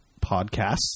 podcasts